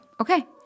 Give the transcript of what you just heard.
Okay